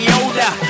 Yoda